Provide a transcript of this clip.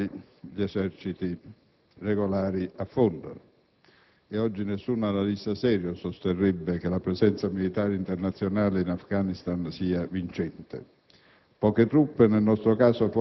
Pantani nei quali gli eserciti regolari affondano. Oggi nessun analista serio sosterrebbe che la presenza militare internazionale in Afghanistan sia vincente: